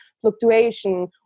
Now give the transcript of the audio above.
fluctuation